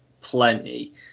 plenty